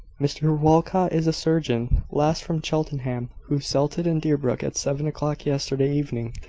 mr walcot is a surgeon, last from cheltenham, who settled in deerbrook at seven o'clock yesterday evening,